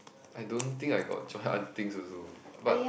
I don't think I got join other things also but